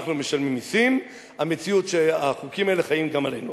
אנחנו משלמים מסים, החוקים האלה חלים גם עלינו.